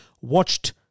watched